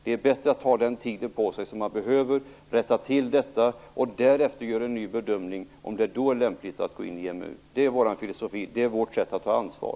Det är bättre att ta den tid på sig som man behöver, rätta till missförhållandena och därefter göra en ny bedömning om det då är lämpligt att gå in i EMU. Det är vår filosofi. Det är vårt sätt att ta ansvar.